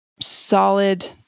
solid